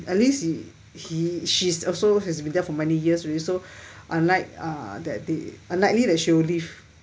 at least he he she's also has been there for many years already so unlike uh that the unlikely that she will leave